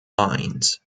lines